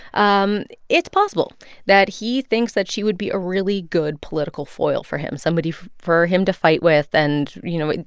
um it's possible that he thinks that she would be a really good political foil for him, somebody for him to fight with. and you know,